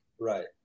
Right